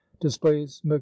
displays